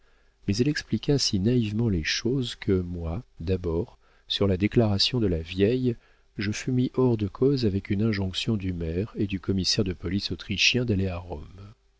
mais elle expliqua si naïvement les choses que moi d'abord sur la déclaration de la vieille je fus mis hors de cause avec une injonction du maire et du commissaire de police autrichien d'aller à rome